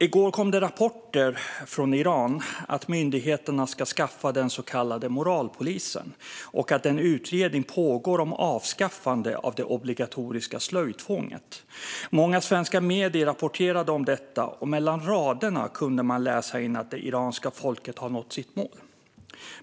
I går kom det rapporter från Iran om att myndigheterna ska avskaffa den så kallade moralpolisen och att en utredning pågår om avskaffande av det obligatoriska slöjtvånget. Många svenska medier rapporterade om detta, och mellan raderna kunde man läsa att det iranska folket hade nått sitt mål.